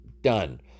done